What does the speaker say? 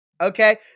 Okay